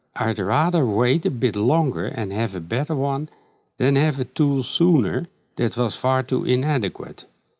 i'd rather wait a bit longer and have a better one than have a tool sooner that was far too inadequate.